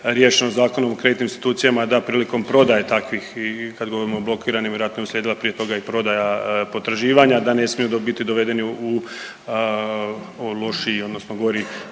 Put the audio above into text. riješeno Zakonom o kreditnim institucijama da prilikom prodaje takvih i kad govorimo o blokiranim vjerojatno je uslijedila prije toga i prodaja potraživanja, da ne smiju biti dovedeni u lošiji, odnosno gori